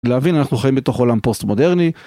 להבין אנחנו חיים בתוך עולם פוסט מודרני.